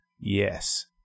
yes